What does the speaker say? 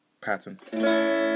pattern